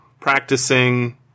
practicing